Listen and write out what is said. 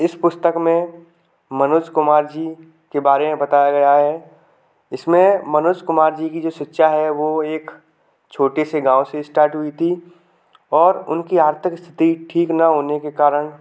इस पुस्तक में मनोज कुमार जी के बारे में बताया गया है इसमें मनोज कुमार जी की जो शिक्षा है वो एक छोटे से गाँव से स्टार्ट हुई थी और उनकी आर्थिक स्थिति ठीक न होने के कारण